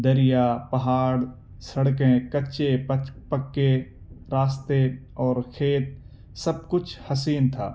دریا پہاڑ سڑکیں کچے پکے راستے اور کھیت سب کچھ حسین تھا